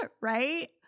Right